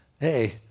Hey